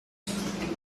voice